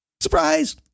Surprise